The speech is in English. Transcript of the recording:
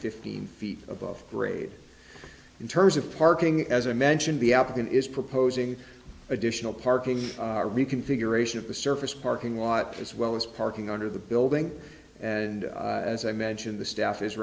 fifteen feet above grade in terms of parking as i mentioned the applicant is proposing additional parking reconfiguration of the surface parking lot as well as parking under the building and as i mentioned the staff is